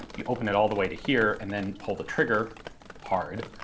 you open it all the way to here, and then pull the trigger hard,